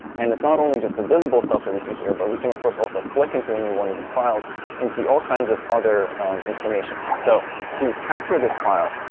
and it's not only just the visible stuff that we see here, but we can, of course, also click into any one of these files and see all kinds of other information. so to capture this file,